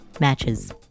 matches